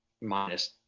minus